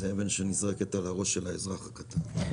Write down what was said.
זאת אבן שנזרקת על ראשו של האזרח הקטן.